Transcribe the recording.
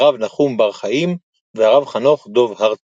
הרב נחום בר חיים והרב חנוך דב הרטמן.